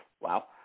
Wow